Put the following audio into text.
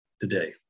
today